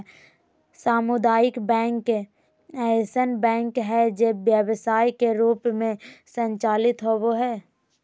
सामुदायिक बैंक ऐसन बैंक हइ जे व्यवसाय के रूप में संचालित होबो हइ